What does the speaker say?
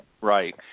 Right